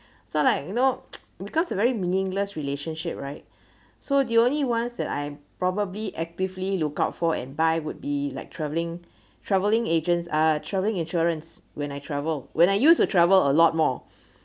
so like you know because of very meaningless relationship right so the only ones that I probably actively look out for and buy would be like traveling traveling agents ah travelling insurance when I travel when I used to travel a lot more